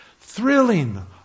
thrilling